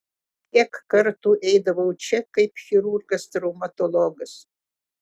kiek kartų eidavau čia kaip chirurgas traumatologas